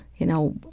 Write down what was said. you know,